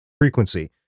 frequency